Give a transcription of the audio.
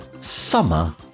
Summer